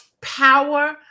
power